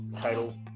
title